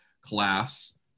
class